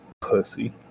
pussy